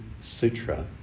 Sutra